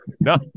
no